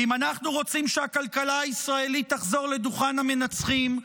ואם אנחנו רוצים שהכלכלה הישראלית תחזור לדוכן המנצחים,